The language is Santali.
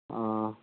ᱚᱸᱻ